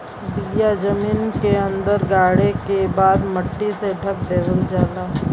बिया जमीन के अंदर गाड़े के बाद मट्टी से ढक देवल जाला